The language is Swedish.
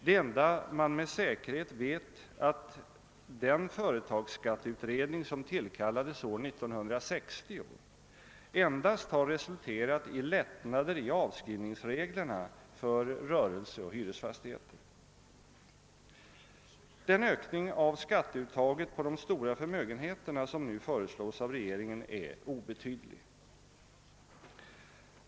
Det enda man med säkerhet vet är att den år 1960 tillkallade företagsskatteutredningen endast resulterat i lättnader i avskrivningsreglerna för rörelser och hyresfastigheter. Den ökning av skatteuttaget på de stora förmögenheterna som föreslås av regeringen är obetydlig.